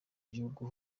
gihugu